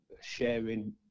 sharing